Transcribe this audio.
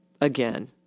again